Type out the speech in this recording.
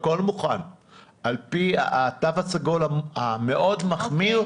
הכול מוכן על פי התו הסגול המאוד מחמיר,